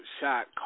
shot